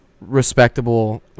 respectable